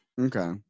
okay